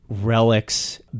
relics